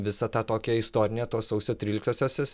visą tą tokią istorinę tos sausio tryliktosiosios